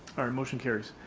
motion carries.